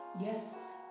Yes